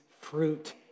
fruit